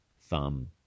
thumb